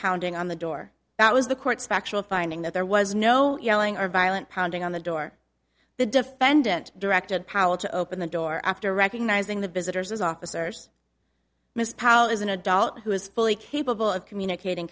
pounding on the door that was the court's factual finding that there was no yelling or violent pounding on the door the defendant directed powell to open the door after recognizing the visitors as officers miss powell is an adult who is fully capable of communicating